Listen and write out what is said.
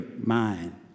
mind